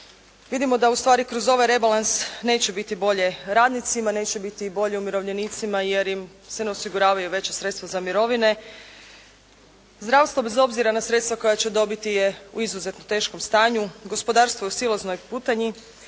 vidimo da ustvari kroz ovaj rebalans neće biti bolje radnicima, neće biti bolje umirovljenicima jer im se ne osiguravaju veća sredstva za mirovine. Zdravstvo bez obzira na sredstva koja će dobiti je u izuzetno teškom stanju, gospodarstvo je u silaznoj putanji,